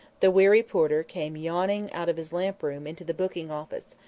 the weary porter came yawning out of his lamp room into the booking office,